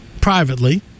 privately